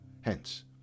Hence